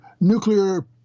nuclear